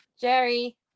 Jerry